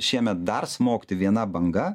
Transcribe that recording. šiemet dar smogti viena banga